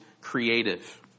creative